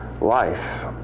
life